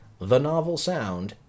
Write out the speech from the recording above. thenovelsound